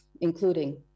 including